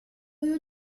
you